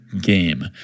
game